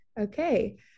okay